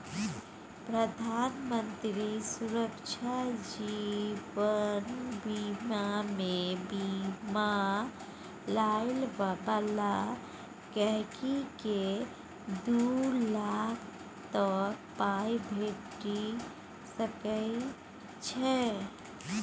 प्रधानमंत्री सुरक्षा जीबन बीमामे बीमा लय बला गांहिकीकेँ दु लाख तक पाइ भेटि सकै छै